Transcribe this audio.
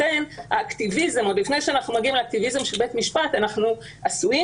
לכן עוד לפני שאנחנו מגיעים לאקטיביזם של בית משפט אנחנו עשויים